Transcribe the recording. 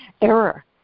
error